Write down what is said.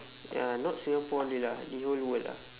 ya not singapore only lah the whole world lah